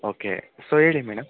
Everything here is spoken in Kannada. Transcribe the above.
ಓಕೆ ಸೊ ಹೇಳಿ ಮೇಡಮ್